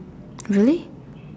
really